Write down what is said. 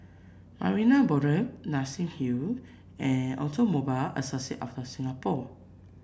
Marina Boulevard Nassim Hill and Automobile Association of The Singapore